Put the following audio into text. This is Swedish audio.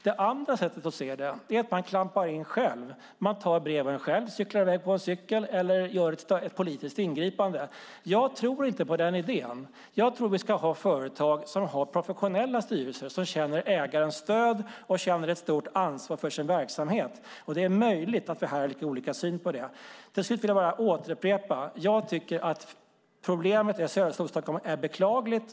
Det andra sättet är att man klampar in själv. Man tar breven själv, cyklar i väg på en cykel eller gör ett politiskt ingripande. Jag tror inte på den idén. Jag tror att vi ska ha företag som har professionella styrelser som känner ägarens stöd och som känner ett stort ansvar för sin verksamhet. Det är möjligt att vi här har lite olika syn på det. Till slut vill jag bara upprepa att jag tycker att problemet i södra Storstockholm är beklagligt.